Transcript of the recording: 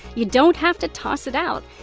you don't have to toss it out.